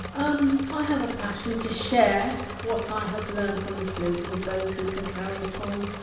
um i have a passion to share what i have learnt on the flute with those who can carry it on.